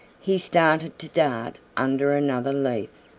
he started to dart under another leaf,